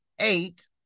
eight